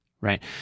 right